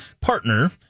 partner